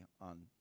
on